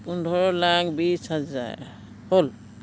পোন্ধৰ লাখ বিছ হাজাৰ হ'ল